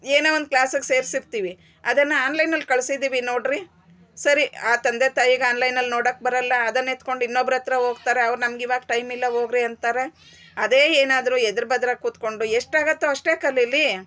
ಏನೋ ಒಂದು ಕ್ಲಾಸ್ಗ್ ಸೇರ್ಸಿರ್ತಿವಿ ಅದನ್ನ ಆನ್ಲೈನಲ್ ಕಲ್ಸಿದ್ದೀವಿ ನೋಡ್ರಿ ಸರಿ ಆ ತಂದೆ ತಾಯಿಗ್ ಆನ್ಲೈನಲ್ ನೋಡೋಕ್ ಬರಲ್ಲ ಅದನ್ ಎತ್ಕೊಂಡ್ ಇನ್ನೊಬ್ರತ್ರ ಓಗ್ತಾರೆ ಅವ್ರ್ ನನ್ಗ್ ಇವಾಗ್ ಟೈಮ್ ಇಲ್ಲ ಓಗ್ರಿ ಅಂತಾರೆ ಅದೇ ಏನಾದ್ರೂ ಎದುರು ಬದ್ರಾಗ್ ಕುತ್ಕೊಂಡ್ ಎಷ್ಟ್ ಆಗುತ್ತೋ ಅಷ್ಟೇ ಕಲಿಲಿ